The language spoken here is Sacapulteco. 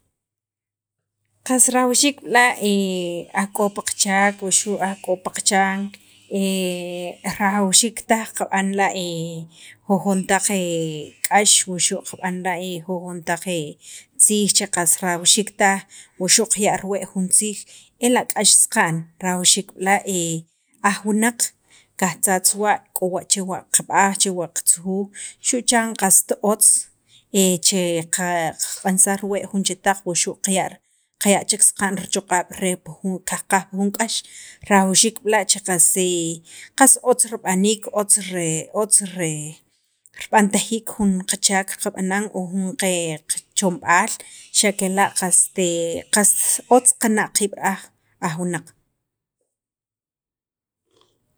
qas rajawxiik b'la' aj k'o pi qachaak wuxu' aj k'o pi qachan rajwxiik taj kab'an la' jujon taq k'ax wuxu' kab'an jujon taq tziij che qas rajawxiik taj wuxu' qaya' riwee' jun tziij ela' k'ax saqa'n rajawxiik b'al' aj wunaq qajtzatza wa' k'o wa chewa' qab'aj chewa' katzujuj xu' han qast otz che qaq'ansaj riwee' jun chetaq wuxu' xa' qay qaya' saqa'n chek richoq'ab' re jun qajqaj pi jun k'ax rajawxiik b'la' qas qas otz rib'aniik otz re rib'antajiik jun qachaak qab'anan o jun qe qachomb'aal xa' kela' qast kakna' qiib' ra'aj aj wunaq